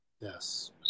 Yes